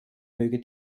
möge